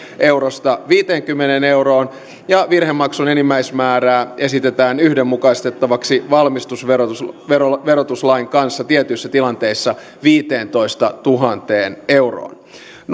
eurosta viiteenkymmeneen euroon ja virhemaksun enimmäismäärää esitetään yhdenmukaistettavaksi valmistusverotuslain kanssa tietyissä tilanteissa viiteentoistatuhanteen euroon